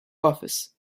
office